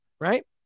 right